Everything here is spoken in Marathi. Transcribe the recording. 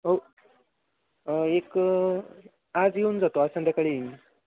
हो एक आज येऊन जातो आज संध्याकाळी येईन